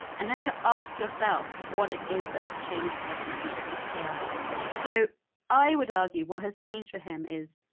and then to ask yourself what it is that has changed for him at the end yeah so i would argue, what has changed for him is,